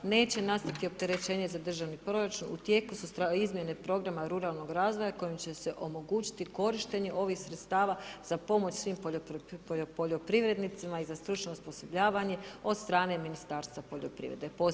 Neće nastati opterećenje za Državni proračun, u tijeku su izmjene Programa ruralnog razvoja kojim će se omogućiti korištenje ovih sredstava za pomoć svim poljoprivrednicima i za stručno osposobljavanje od strane Ministarstva poljoprivrede, posebne Uprave.